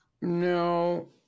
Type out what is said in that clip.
No